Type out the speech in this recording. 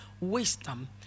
wisdom